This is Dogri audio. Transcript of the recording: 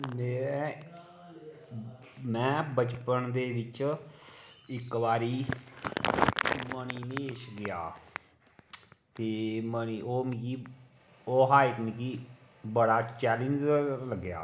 में में बचपन दे बिच इक बारी मणिमहेश गेआ ते मणि ओह् मिगी ओह् हा इक मिगी बड़ा चैलेंज़ लग्गेआ